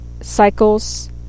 cycles